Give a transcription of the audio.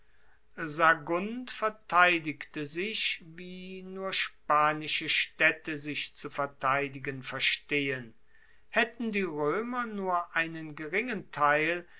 sagunt verteidigte sich wie nur spanische staedte sich zu verteidigen verstehen haetten die roemer nur einen geringen teil